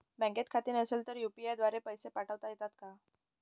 बँकेत खाते नसेल तर यू.पी.आय द्वारे पैसे पाठवता येतात का?